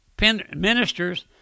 ministers